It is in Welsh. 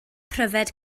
pryfed